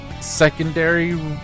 secondary